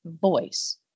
voice